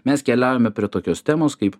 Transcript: mes keliaujame prie tokios temos kaip